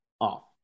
off